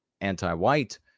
anti-white